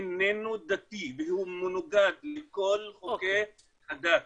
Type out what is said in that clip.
הוא איננו דתי והוא מנוגד לכל חוקי הדת,